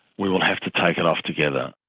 we will have to take it off together.